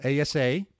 ASA